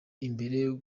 imbere